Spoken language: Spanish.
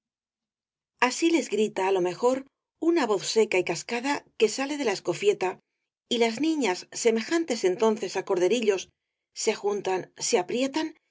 así les grita á lo mejor una voz seca y cascada que sale de la escofieta y las niñas semejantes entonces á corderillos se juntan se aprietan